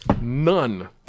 None